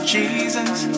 Jesus